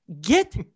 Get